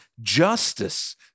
justice